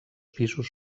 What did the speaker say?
pisos